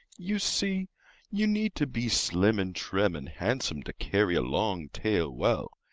you see you need to be slim and trim and handsome to carry a long tail well.